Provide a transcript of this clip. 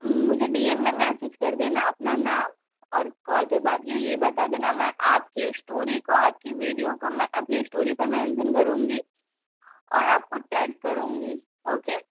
मुझे D M में message कर देना अपना नाम और कॉल पर बात की है ये बता देना मैं आपकी इश्टोरी को आपकी वीडियो को मैं अपने इश्टोरी पर मेंसन करूँगी और आपको टैग करूँगी ओके